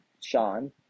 Sean